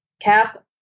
cap